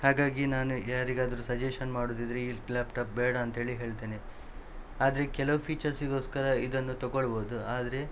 ಹಾಗಾಗಿ ನಾನು ಯಾರಿಗಾದರೂ ಸಜೆಶನ್ ಮಾಡುವುದಿದ್ರೆ ಈ ಲ್ಯಾಪ್ಟಾಪ್ ಬೇಡ ಅಂತೇಳಿ ಹೇಳ್ತೇನೆ ಆದರೆ ಕೆಲವು ಫೀಚರ್ಸಿಗೋಸ್ಕರ ಇದನ್ನು ತಗೊಳ್ಬಹುದು ಆದರೆ